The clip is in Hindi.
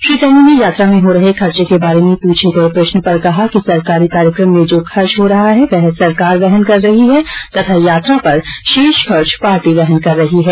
श्री सैनी ने यात्रा में हो रहे खर्चे के बारे में पूछे गए प्रश्न पर कहा कि सरकारी कार्यक्रम में जो खर्च हो रहा है वह सरकार वहन कर रही है तथा यात्रा पर शेष खर्च पार्टी वहन कर रही है